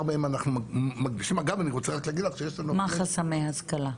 מה חסמי השכלה?